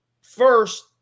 First